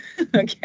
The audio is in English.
okay